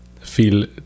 feel